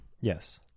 yes